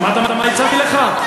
שמעת מה הצעתי לך?